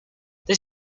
this